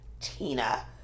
Tina